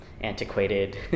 antiquated